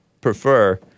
prefer